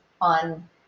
on